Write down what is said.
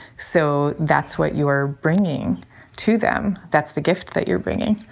so that's what you are bringing to them. that's the gift that you're bringing.